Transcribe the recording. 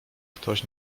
ktoś